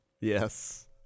Yes